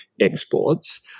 exports